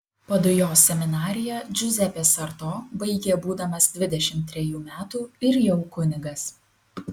padujos seminariją džiuzepė sarto baigė būdamas dvidešimt trejų metų ir jau kunigas